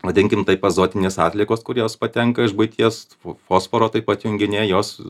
vadinkim taip azotinės atliekos kur jos patenka iš buities f fosforo taip pat junginiai jos